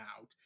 out